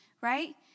right